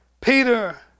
Peter